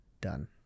done